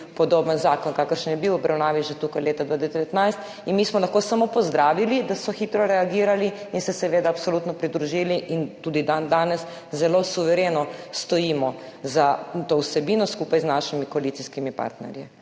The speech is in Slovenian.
podoben zakon, kakršen je bil v obravnavi tukaj že leta 2019, in mi smo lahko samo pozdravili, da so hitro reagirali, in se seveda absolutno pridružili. In tudi dandanes zelo suvereno stojimo za to vsebino skupaj s svojimi koalicijskimi partnerji.